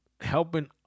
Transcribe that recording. helping